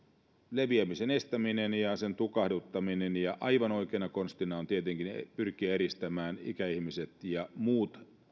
leviämisen estäminen ja sen tukahduttaminen ja aivan oikeana konstina on tietenkin pyrkiä eristämään ikäihmiset ja muut